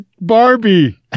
Barbie